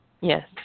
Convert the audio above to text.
Yes